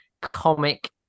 comic